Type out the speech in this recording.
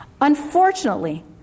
Unfortunately